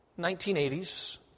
1980s